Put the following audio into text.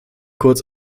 kurz